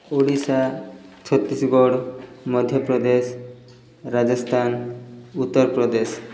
Odisha Chhattisgarh Madhya Pradesh Rajasthan Uttar Pradesh